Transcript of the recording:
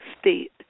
State